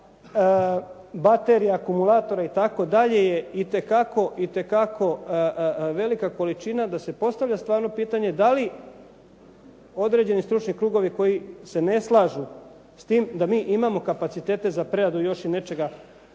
baterija, akumulatora itd., je itekako velika količina da se postavlja stvarno pitanje da li određeni stručni krugovi koji se ne slažu sa time da mi imamo kapacitete za preradu još i nečega